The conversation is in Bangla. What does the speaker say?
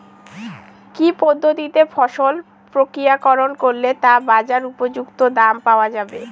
কি পদ্ধতিতে ফসল প্রক্রিয়াকরণ করলে তা বাজার উপযুক্ত দাম পাওয়া যাবে?